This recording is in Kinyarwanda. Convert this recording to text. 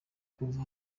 kuva